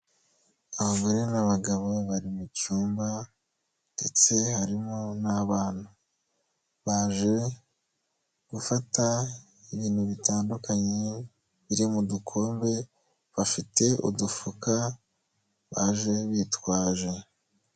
Abagore n'abagabo bari mu cyumba ndetse harimo n'abana, baje gufata ibintu bitandukanye biri mu dukombe, bafite udufuka baje bitwaje.